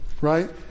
right